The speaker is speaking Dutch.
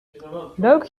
leuk